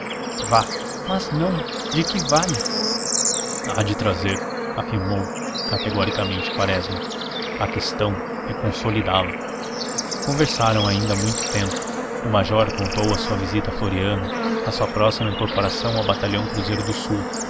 vá mas não de que vale há de trazer afirmou categoricamente quaresma a questão é consolidá la conversaram ainda muito tempo o major contou a sua visita a floriano a sua próxima incorporação ao batalhão cruzeiro do sul